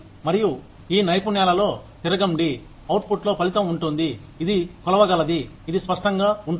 మరియు ఈ నైపుణ్యాలలో తిరగండి అవుట్పుట్లో ఫలితం ఉంటుంది ఇది కొలవగలది ఇది స్పష్టంగా ఉంటుంది